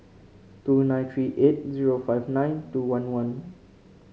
two nine three eight zero five nine two one one